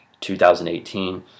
2018